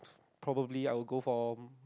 probably I will go for